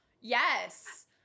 Yes